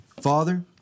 Father